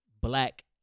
black